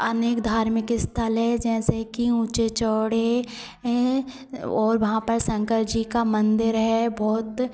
अनेक धार्मिक अस्थल हैं जैसे कि ऊँचे चौड़े और वहाँ पर शंकर जी का मन्दिर है बहुत